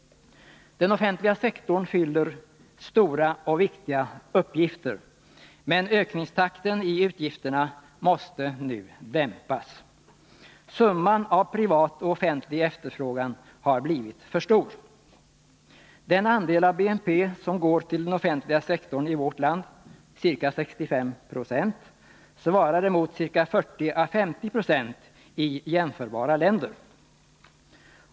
Den offentliga sektorn fyller stora och viktiga uppgifter, men ökningstakten i utgifterna måste nu dämpas. Summan av privat och offentlig efterfrågan har blivit för stor. Den andel av BNP som går till den offentliga sektorn i vårt land, ca 65 90, svarar mot 40 å 50 96 i jämförbara länder.